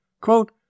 Quote